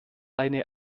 eine